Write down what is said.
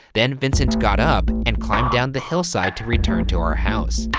then vincent got up, and climbed down the hillside to return to our house.